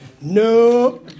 No